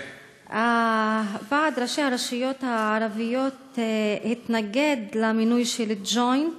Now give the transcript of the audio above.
ועד ראשי הרשויות הערביות התנגד למינוי של הג'וינט